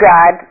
God